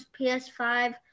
PS5